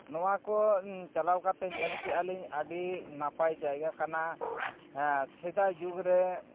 ᱱᱚᱣᱟ ᱠᱚ ᱪᱟᱞᱟᱣ ᱠᱟᱛᱮᱫ ᱧᱮᱞ ᱠᱮᱫ ᱟᱹᱞᱤᱧ ᱟᱹᱰᱤ ᱱᱟᱯᱟᱭ ᱡᱟᱭᱜᱟ ᱠᱟᱱᱟ ᱥᱮᱫᱟᱭ ᱡᱩᱜᱽ ᱨᱮ